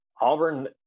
Auburn